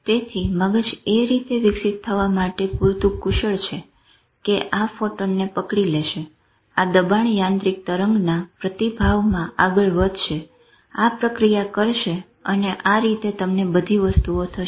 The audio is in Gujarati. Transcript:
તેથી મગજ એ રીતે વિકસિત થવા માટે પુરતું કુશળ છે કે આ ફોટોનને પકડી લેશે આ દબાણ યાંત્રિક તરંગના પ્રતિભાવમાં આગળ વધશે આ પ્રતિક્રિયા કરશે અને આ રીતે તમને બધી વસ્તુઓ થશે